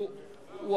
לא